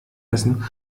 essen